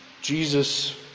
Jesus